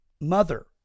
mother